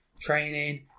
training